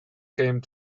came